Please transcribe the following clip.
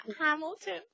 hamilton